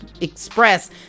express